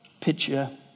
picture